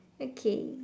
okay